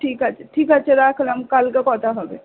ঠিক আছে ঠিক আছে রাখলাম কালকে কথা হবে